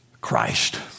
Christ